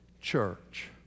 church